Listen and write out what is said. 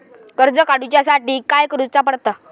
कर्ज काडूच्या साठी काय करुचा पडता?